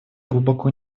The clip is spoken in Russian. глубоко